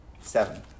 Seven